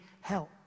help